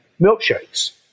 milkshakes